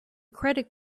credit